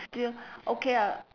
still okay ah